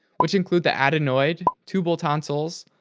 which include the adenoid, tubal tonsils,